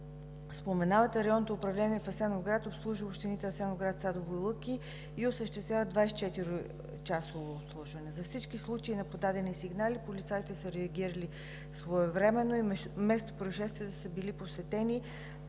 споменавате. Районното управление в Асеновград обслужва общините Асеновград, Садово и Лъки и осъществява 24-часово обслужване. За всички случаи на подадени сигнали полицаите са реагирали своевременно и местопроизшествията са били посетени.